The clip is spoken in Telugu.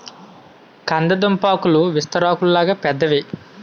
కంద దుంపాకులు విస్తరాకుల్లాగా పెద్దవి